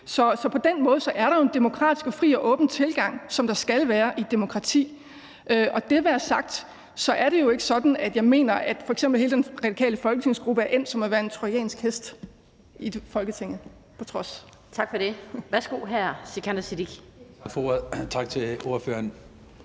så på den måde er der jo en demokratisk og fri og åben tilgang, som der skal være i et demokrati. Og det være sagt, er det jo ikke sådan, at jeg mener, at f.eks. hele den radikale folketingsgruppe er endt som værende en trojansk hest i Folketinget,